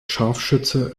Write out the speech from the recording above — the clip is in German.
scharfschütze